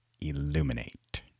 illuminate